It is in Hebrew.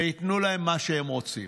וייתנו להם מה שהם רוצים.